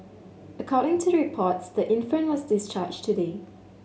according to reports the infant was discharged today